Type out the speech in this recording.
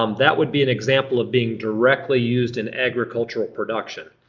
um that would be an example of being directly used in agricultural production.